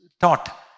taught